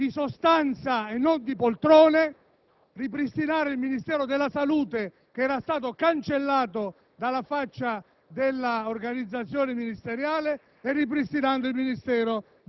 ritenemmo opportuno, per una ragione di sostanza e non di poltrone, ripristinare il Ministero della salute, che era stato cancellato dalla faccia